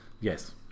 Yes